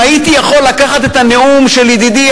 אם הייתי יכול לקחת את הנאום של ידידי,